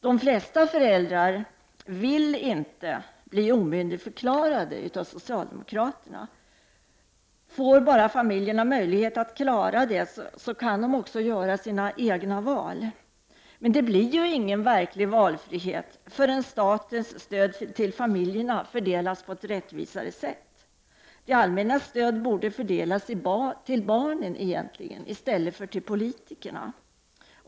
De flesta föräldrar vill inte bli omyndigförklarade av socialdemokraterna. Får bara familjerna möjligheter kan de också göra sina egna val. Men det blir ingen verklig valfrihet förrän statens stöd till familjerna fördelas på ett rättvisare sätt. Det allmänna stödet borde fördelas till barnen i stället för till politikerna.